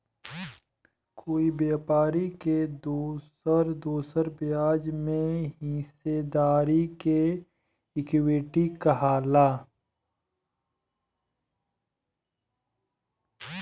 कोई व्यापारी के दोसर दोसर ब्याज में हिस्सेदारी के इक्विटी कहाला